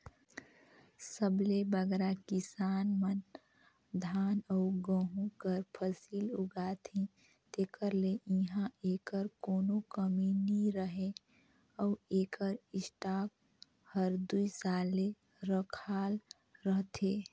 सबले बगरा किसान मन धान अउ गहूँ कर फसिल उगाथें तेकर ले इहां एकर कोनो कमी नी रहें अउ एकर स्टॉक हर दुई साल ले रखाल रहथे